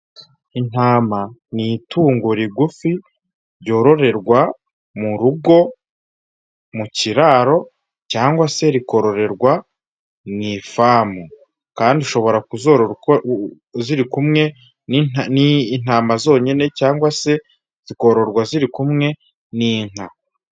Intama ni itungo rigufi, ryororerwa mu rugo, mu kiraro, cyangwa se rikororerwa mu ifamu, kandi ushobora kuzorora ziri kumwe n'intama zonyine cyangwa se zikororwa ziri kumwe n'inka.